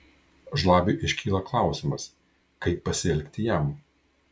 žlabiui iškyla klausimas kaip pasielgti jam